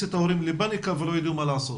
את ההורים לפאניקה והם לא ידעו מה לעשות.